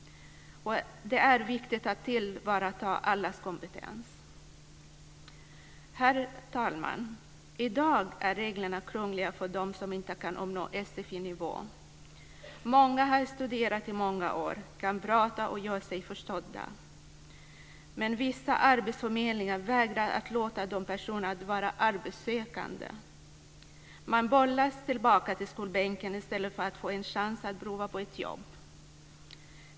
Det är viktigt att tillvarata allas kompetens. Herr talman! Reglerna för dem som inte nått sfinivån är i dag krångliga. Många har studerat i många år och kan prata och göra sig förstådda, men vissa arbetsförmedlingar vägrar att låta dem vara arbetssökande. De bollas tillbaka till skolbänken i stället för att få en chans att prova på ett jobb.